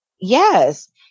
yes